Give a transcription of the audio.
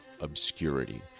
obscurity